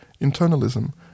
internalism